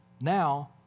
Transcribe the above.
now